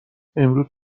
امروز